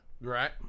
Right